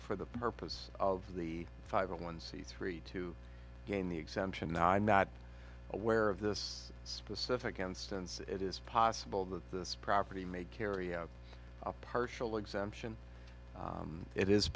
for the purpose of the five a one c three to gain the exemption i'm not aware of this specific instance it is possible that this property may carry out a partial exemption it is